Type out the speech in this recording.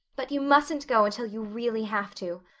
but you mustn't go until you really have to.